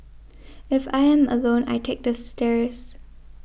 if I am alone I take the stairs